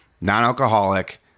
non-alcoholic